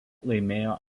laimėjo